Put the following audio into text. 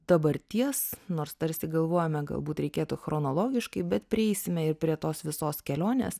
dabarties nors tarsi galvojame galbūt reikėtų chronologiškai bet prieisime ir prie tos visos kelionės